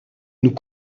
nous